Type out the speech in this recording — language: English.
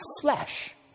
Flesh